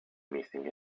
missing